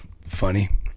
Funny